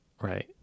Right